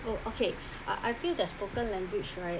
oh okay I I feel that spoken language right